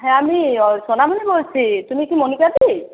হ্যাঁ আমি সোনামণি বলছি তুমি কি মনিকাদি